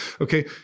Okay